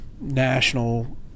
national